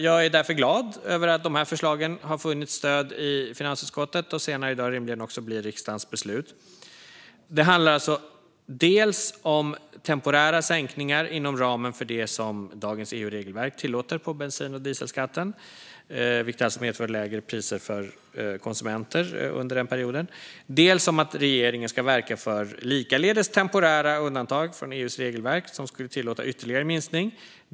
Jag är därför glad över att förslagen har funnit stöd i finansutskottet och senare i dag rimligen också blir riksdagens beslut. Det handlar om temporära sänkningar inom ramen för det som dagens EU-regelverk tillåter på bensin och dieselskatten. Det medför lägre priser för konsumenter under den perioden. Det handlar om att regeringen ska verka för likaledes temporära undantag från EU:s regelverk som skulle tillåta ytterligare minskning.